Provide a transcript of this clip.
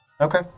Okay